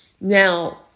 Now